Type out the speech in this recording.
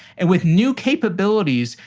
and with new capabilities,